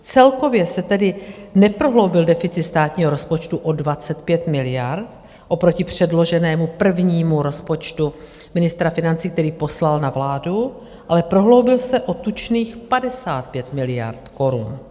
Celkově se tedy neprohloubil deficit státního rozpočtu o 25 miliard oproti předloženému prvnímu rozpočtu ministra financí, který poslal na vládu, ale prohloubil se o tučných 55 miliard korun.